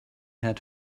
had